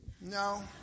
No